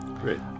Great